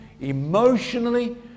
emotionally